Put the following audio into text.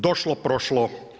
Došlo prošlo.